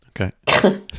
Okay